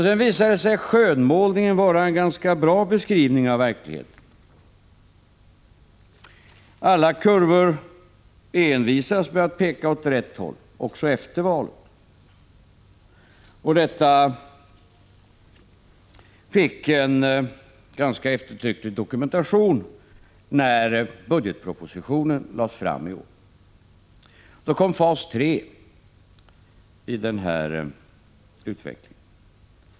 Sedan visade det sig att skönmålningen var en ganska bra beskrivning av verkligheten. Alla kurvor envisades med att peka åt rätt håll, också efter valet. Detta fick en ganska eftertrycklig dokumentation när budgetpropositionen lades fram i år. Då kom fas tre i den här utvecklingen.